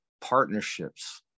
partnerships